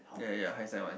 ya ya ya hindsight [one]